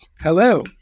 Hello